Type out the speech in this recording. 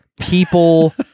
people